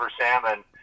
Salmon